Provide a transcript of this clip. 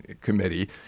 committee